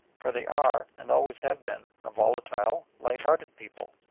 for they are and always have been a volatile, light-hearted people,